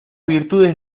virtud